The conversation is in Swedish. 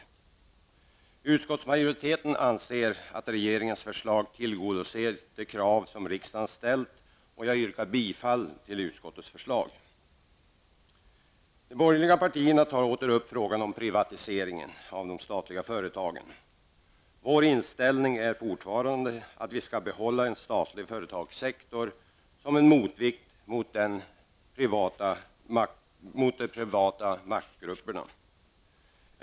Utskottsmajoriteten anser att regeringens förslag till tillgodoser de krav som riksdagen har ställt. Jag yrkar bifall till utskottets förslag. De borgerliga partierna tar åter upp frågan om privatisering av de statliga företagen. Vår inställning är fortfarande att det skall finnas en statlig företagssektor som en motvikt till de privata maktgrupperna.